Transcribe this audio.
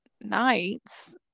nights